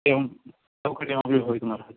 एवं सौकर्यमपि भवितुमर्हति